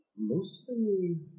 Mostly